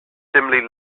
dimly